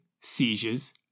seizures